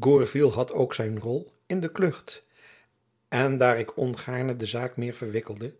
gourville had ook zijn rol in de klucht en daar ik ongaarne de zaak meer verwikkelde